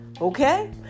Okay